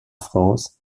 france